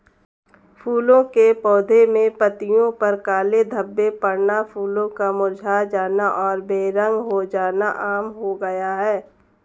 फूलों के पौधे में पत्तियों पर काले धब्बे पड़ना, फूलों का मुरझा जाना और बेरंग हो जाना आम हो गया है